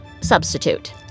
substitute